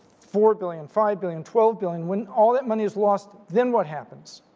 four billion, five billion, twelve billion. when all that money is lost, then what happens?